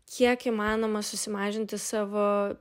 kiek įmanoma susimažinti savo